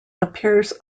appears